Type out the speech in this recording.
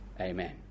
amen